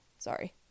Sorry